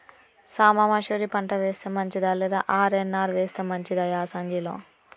సాంబ మషూరి పంట వేస్తే మంచిదా లేదా ఆర్.ఎన్.ఆర్ వేస్తే మంచిదా యాసంగి లో?